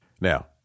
now